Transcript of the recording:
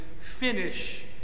finish